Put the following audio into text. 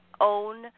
own